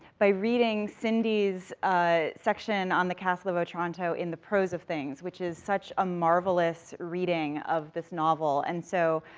by reading cindy's ah section on the castle of otranto in the prose of things, which is such a marvelous reading of this novel, and so